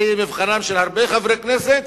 זה יהיה מבחנם של הרבה חברי כנסת,